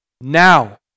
now